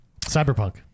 Cyberpunk